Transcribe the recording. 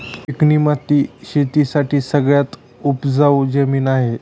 चिकणी माती शेती साठी सगळ्यात जास्त उपजाऊ जमीन आहे